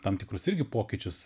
tam tikrus irgi pokyčius